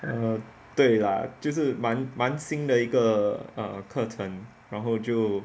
err 对 lah 就是蛮蛮新的一个 err 课程然后就